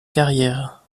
carrière